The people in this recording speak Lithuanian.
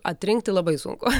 atrinkti labai sunku